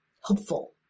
hopeful